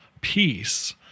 peace